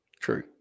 True